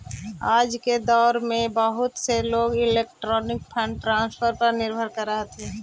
आज के दौर में बहुत से लोग इलेक्ट्रॉनिक फंड ट्रांसफर पर निर्भर हथीन